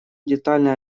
детально